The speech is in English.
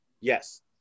Yes